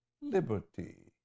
liberty